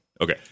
Okay